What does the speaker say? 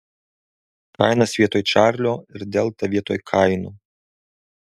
kainas vietoj čarlio ir delta vietoj kaino